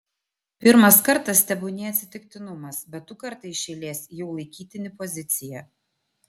pirmas kartas tebūnie atsitiktinumas bet du kartai iš eilės jau laikytini pozicija